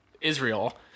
Israel